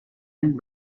and